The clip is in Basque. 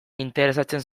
interesatzen